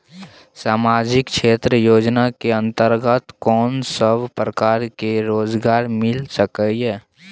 सामाजिक क्षेत्र योजना के अंतर्गत कोन सब प्रकार के रोजगार मिल सके ये?